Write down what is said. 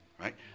right